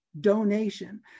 donation